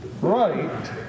right